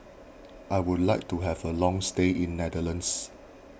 I would like to have a long stay in Netherlands